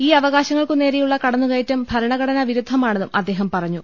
ഈ അവകാശങ്ങൾക്കുനേരെയുള്ള കടന്നുകയറ്റം ഭര ണഘടനാ വിരുദ്ധമാണെന്നും അദ്ദേഹം പറഞ്ഞു